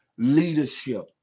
Leadership